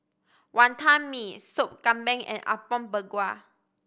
Wantan Mee Sop Kambing and Apom Berkuah